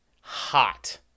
hot